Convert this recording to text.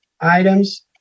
items